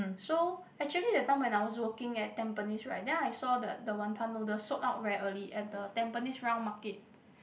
so actually that time when I was working at Tampines right then I saw the the wanton noodles sold out very early at the Tampines round market